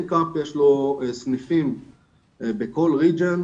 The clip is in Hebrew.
ל- NCAP יש סניפים בכל אזור,